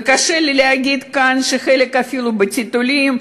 וקשה לי להגיד כאן שחלק אפילו בטיטולים.